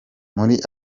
muri